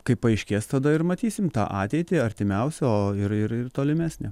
kaip paaiškės tada ir matysim tą ateitį artimiausią o ir ir tolimesnę